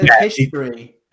history